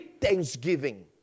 thanksgiving